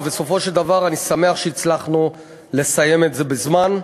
ובסופו של דבר אני שמח שהצלחנו לסיים את זה בזמן.